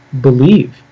believe